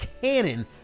cannon